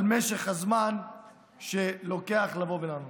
על משך הזמן שלוקח לבוא ולהגיב.